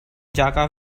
jaka